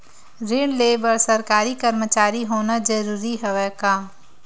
ऋण ले बर सरकारी कर्मचारी होना जरूरी हवय का?